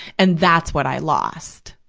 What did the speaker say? and that's what i lost,